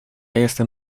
jestem